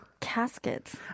Caskets